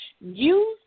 use